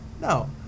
No